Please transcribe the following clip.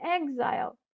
exile